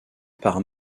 par